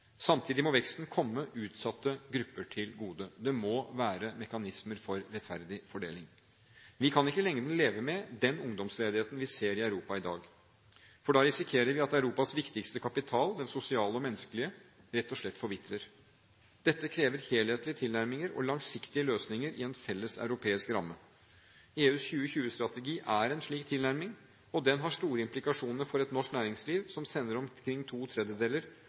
Samtidig må veksten komme utsatte grupper til gode, det må være mekanismer for rettferdig fordeling. Vi kan ikke i lengden leve med den ungdomsledigheten vi ser i Europa i dag. Da risikerer vi at Europas viktigste kapital – den sosiale og menneskelige – rett og slett forvitrer. Dette krever helhetlige tilnærminger og langsiktige løsninger i en felles europeisk ramme. EUs 2020-strategi er en slik tilnærming, og den har store implikasjoner for et norsk næringsliv som sender omkring to tredjedeler